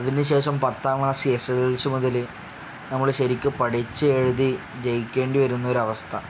അതിന് ശേഷം പത്താം class S L L C മുതൽ നമ്മൾ ശരിക്ക് പഠിച്ച് എഴുതി ജയിക്കേണ്ടി വരുന്ന ഒരു അവസ്ഥ